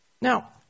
Now